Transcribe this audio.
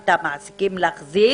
ואת המעסיקים להחזיק